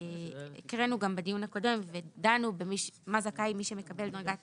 הקראנו גם בדיון הקודם ודנו במה זכאי מי שמקבל דרגת